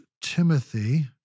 Timothy